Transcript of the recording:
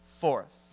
Fourth